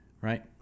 right